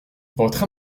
votre